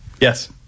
Yes